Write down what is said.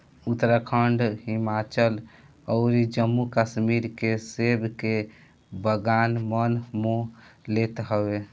उत्तराखंड, हिमाचल अउरी जम्मू कश्मीर के सेब के बगान मन मोह लेत हवे